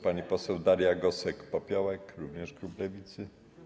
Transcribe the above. Pani poseł Daria Gosek-Popiołek, również klub Lewicy.